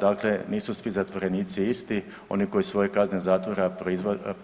Dakle, nisu svi zatvorenici isti, oni koji svoje kazne zatvora